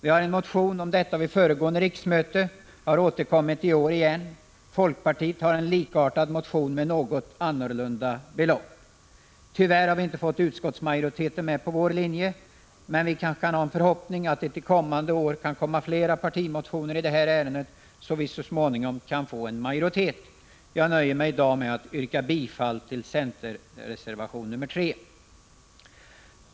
Vi hade en motion om detta vid föregående riksmöte och har återkommit i år igen. Folkpartiet har en likartad motion med ett något annorlunda belopp. Tyvärr har vi inte fått utskottets majoritet med på vår linje, men vi kanske kan ha en förhoppning om att det till kommande år blir fler partimotioner i detta ärende, så att vi så småningom kan få en majoritet. Jag nöjer mig i dag med att yrka bifall till centerreservation nr 3.